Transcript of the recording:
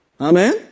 Amen